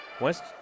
West